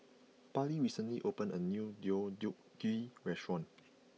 Parlee recently opened a new Deodeok Gui restaurant